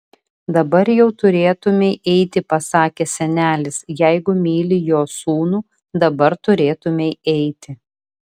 dabar jau turėtumei eiti pasakė senelis jeigu myli jo sūnų dabar turėtumei eiti